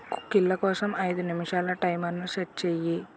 కుక్కీల కోసం ఐదు నిమిషాల టైమర్ని సెట్ చేయి